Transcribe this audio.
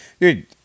Dude